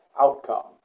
outcome